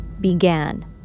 began